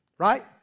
Right